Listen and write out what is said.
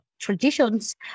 traditions